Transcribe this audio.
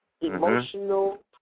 Emotional